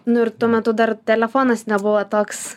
nu ir tuo metu dar telefonas nebuvo toks